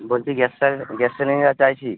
বলছি গ্যাস সারের gas cylinder চাইছি